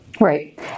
Right